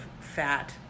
fat